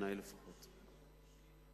לפחות בעיני.